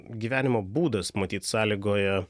gyvenimo būdas matyt sąlygoja